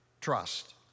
trust